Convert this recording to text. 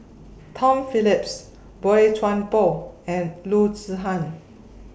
Tom Phillips Boey Chuan Poh and Loo Zihan